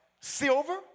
silver